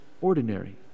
ordinary